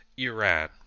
Iran